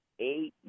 eight